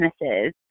businesses